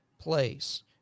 place